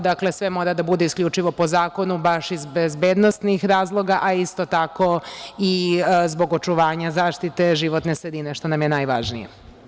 Dakle, sve mora da bude isključivo po zakonu, baš iz bezbednosnih razloga, a isto tako i zbog očuvanja zaštite životne sredine, što nam je najvažnije.